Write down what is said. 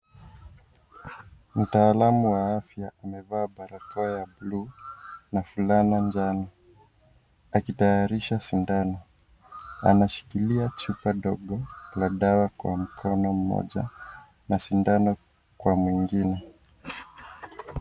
Mtaalamu wa afya amevaa barakoa ya bluu na filana njano. Akitayarisha sindano. Anashikilia chupa ndogo la dawa kwa mkono mmoja na sindano kwa mwingine.